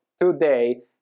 today